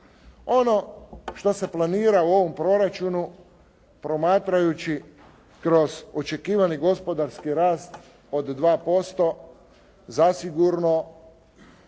Ono što se planira u ovom proračunu, promatrajući kroz očekivani gospodarski rast od 2%, zasigurno